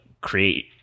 create